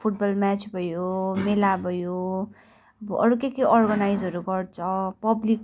football match भयो मेला भयो अब अरू के के अर्गनाइजहरू गर्छ पब्लिक